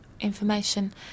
information